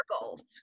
goals